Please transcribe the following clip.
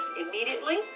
immediately